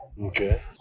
Okay